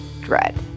dread